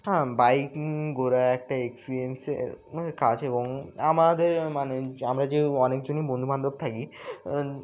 হ্যাঁ বাইকিং করা একটা এক্সপিরিয়েন্সের কাজ এবং আমাদের মানে আমরা যে অনেকজনই বন্ধুবান্ধব থাকি